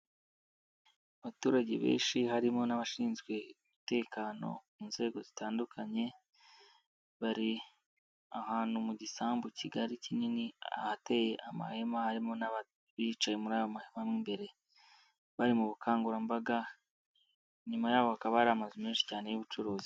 Abaturage benshi harimo n'abashinzwe umutekano mu nzego zitandukanye, bari ahantu mu gisambu kigari kinini ahateye amahema harimo n'aba bicaye muri ayo mahema mo imbere, bari mu bukangurambaga nyuma yaho hakaba hari amazu menshi cyane y'ubucuruzi.